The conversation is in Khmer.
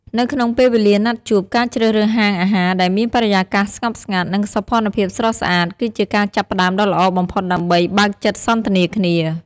នៅក្នុងពេលវេលាណាត់ជួប ការជ្រើសរើសហាងអាហារដែលមានបរិយាកាសស្ងប់ស្ងាត់ និងសោភ័ណភាពស្រស់ស្អាត គឺជាការចាប់ផ្ដើមដ៏ល្អបំផុតដើម្បីបើកចិត្តសន្ទនាគ្នា។